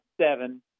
seven